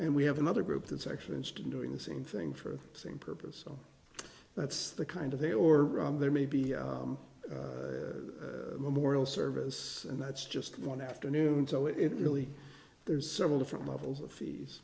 and we have another group that's actually instant doing the same thing for the same purpose so that's the kind of a or there may be memorial service and that's just one afternoon so it really there's several different levels of fees